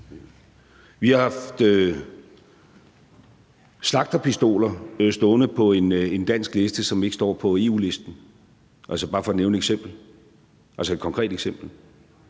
Vi har haft slagterpistoler stående på en dansk liste, som ikke står på EU-listen, altså bare for at nævne et eksempel, et konkret eksempel.